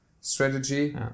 strategy